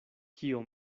kio